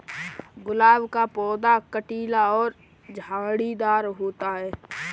गुलाब का पौधा कटीला और झाड़ीदार होता है